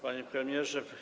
Panie Premierze!